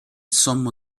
sommo